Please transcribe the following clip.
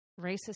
racist